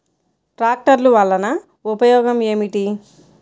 ట్రాక్టర్లు వల్లన ఉపయోగం ఏమిటీ?